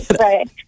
right